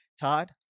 Todd